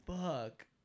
fuck